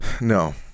No